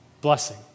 blessing